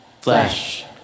Flesh